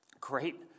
great